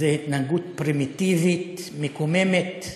זאת התנהגות פרימיטיבית, מקוממת,